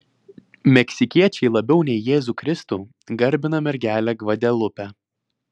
meksikiečiai labiau nei jėzų kristų garbina mergelę gvadelupę